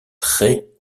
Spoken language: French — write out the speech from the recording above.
très